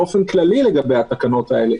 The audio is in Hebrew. באופן כללי לגבי התקנות האלה,